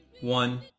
one